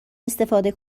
استفاده